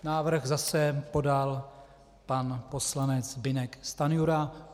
Návrh zase podal pan poslanec Zbyněk Stanjura.